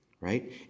right